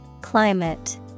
Climate